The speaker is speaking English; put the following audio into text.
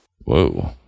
Whoa